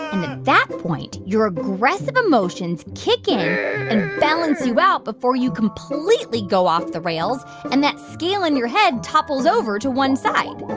and and that point, your aggressive emotions kick in and balance you out before you completely go off the rails and that scale in your head topples over to one side